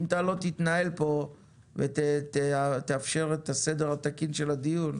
אם אתה לא תתנהל פה ותאפשר את הסדר התקין של הדיון,